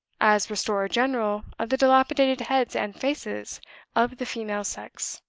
as restorer-general of the dilapidated heads and faces of the female sex.